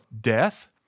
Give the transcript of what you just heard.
death